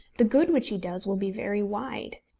the good which he does will be very wide.